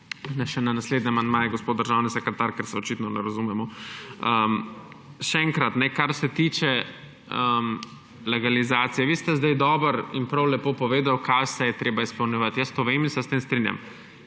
še na naslednje amandmaje, gospod državni sekretar, ker se očitno ne razumemo. Kar se tiče legalizacije. Vi ste zdaj dobro in prav lepo povedali, kaj vse je treba izpolnjevati. Jaz to vem in se s tem strinjam.